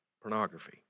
pornography